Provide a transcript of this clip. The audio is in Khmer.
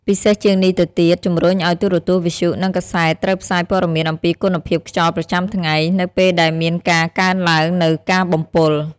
ពិសេសជាងនេះទៅទៀតជំរុញឱ្យទូរទស្សន៍ វិទ្យុ និងកាសែត ត្រូវផ្សាយព័ត៌មានអំពីគុណភាពខ្យល់ប្រចាំថ្ងៃ នៅពេលដែលមានការកើនឡើងនូវការបំពុល។